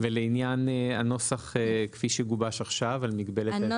ולעניין הנוסח כפי שגובש עכשיו על מגבלת האזורים?